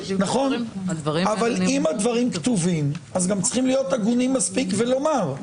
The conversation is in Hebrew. אבל אם הדברים כתובים אז גם צריכים להיות הגונים מספיק ולומר,